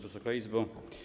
Wysoka Izbo!